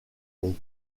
les